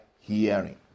hearing